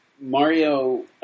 Mario